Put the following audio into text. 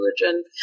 religion